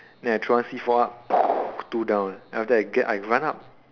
then I throw one C four up two down then after that I get up I run up